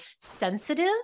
sensitive